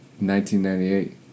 1998